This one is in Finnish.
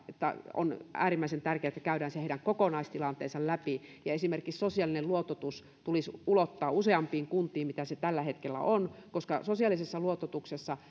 on äärimmäisen tärkeää että käydään heidän kokonaistilanteensa läpi esimerkiksi sosiaalinen luototus tulisi ulottaa useampiin kuntiin kuin missä se tällä hetkellä on koska sosiaalisessa luototuksessa